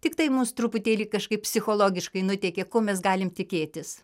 tiktai mus truputėlį kažkaip psichologiškai nuteikia ko mes galim tikėtis